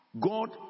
God